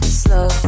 slow